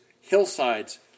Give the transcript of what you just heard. hillsides